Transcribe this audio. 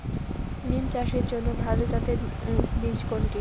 বিম চাষের জন্য ভালো জাতের বীজ কোনটি?